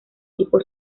tipo